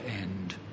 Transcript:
end